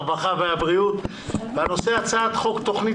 הרווחה והבריאות בנושא הצעת חוק התכנית